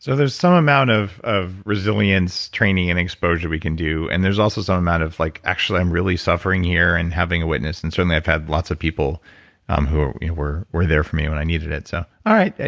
so there's some amount of of resilience training and exposure we can do, and there's also some amount of, like actually, i'm really suffering here and having a witness. and certainly i've had lots of people who were were there for me when i needed it. so alright,